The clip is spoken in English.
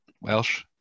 Welsh